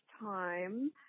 time